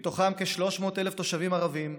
מתוכם כ-300,000 תושבים ערבים,